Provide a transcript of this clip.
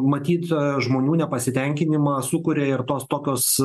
matyt žmonių nepasitenkinimą sukuria ir tos tokios